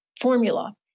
formula